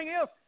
else